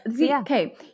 Okay